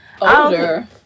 older